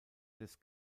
des